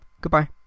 goodbye